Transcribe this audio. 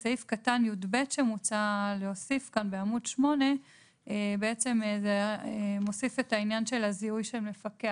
בסעיף (יב) שמוצע להוסיף כאן בעמוד 8 נוסף עניין הזיהוי של מפקח.